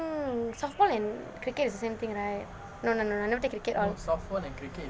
um softball and cricket is the same thing right no no no I never take cricket on